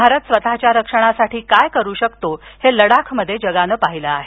भारत स्वतःच्या रक्षणासाठी काय करु शकतो हे लडाखमध्ये जगाने पाहिलं आहे